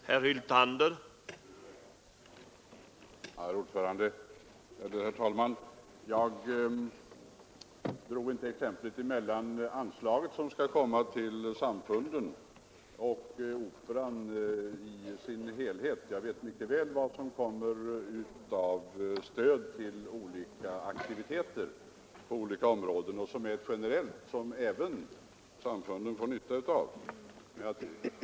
Herr talman! Jag drog inte exemplet med anslaget till samfunden och till Operan i dess helhet. Jag vet mycket väl vad som kommer ut av stöd till olika aktiviteter på olika områden och som används generellt och som även samfunden får nytta av.